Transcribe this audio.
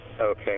Okay